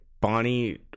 Bonnie